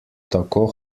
tako